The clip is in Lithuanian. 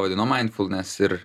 vadina mainfulnes ir